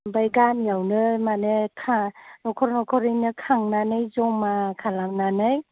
ओमफ्राय गामियावनो माने न'खर न'खरैनो खांनानै जमा खालामनानै